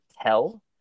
tell